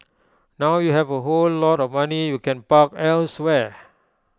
now you have A whole lot of money you can park elsewhere